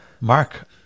Mark